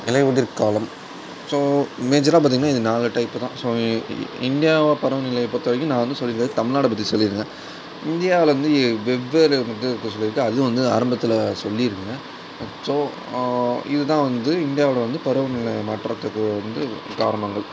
இலை உதிர் காலம் ஸோ மேஜராக பார்த்திங்கன்னா இது நாலு டைப்பு தான் ஸோ இந்தியாவோட பருவநிலையை பொருத்த வரைக்கும் நான் வந்து சொல்லிருக்கறது தமிழ்நாட்டை பற்றி சொல்லிருக்கேன் இந்தியாவில் வந்து வெவ்வேறு அதுவும் வந்து ஆரம்பத்தில் சொல்லியிருந்தேன் ஸோ இதுதான் வந்து இந்தியாவில் வந்து பருவநிலை மாற்றத்துக்கு வந்து காரணங்கள்